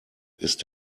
ist